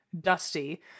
dusty